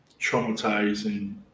traumatizing